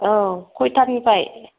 औ खयथा निफ्राय